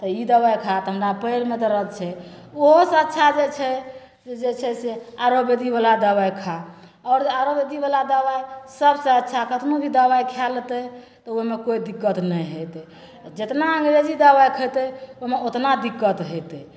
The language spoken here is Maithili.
तऽ ई दवाइ खा तऽ हमरा पाएरमे दरद छै ओहोसे अच्छा जे छै जे छै से आयुर्वेदिकवला दवाइ खा आओर आयुर्वेदिकवला दवाइ सबसे अच्छा कतनो भी दवाइ खै लेतै तऽ ओहिमे कोइ दिक्कत नहि हेतै जितना अन्गरेजी दवाइ खएतै ओहिमे ओतना दिक्कत हेतै